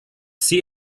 see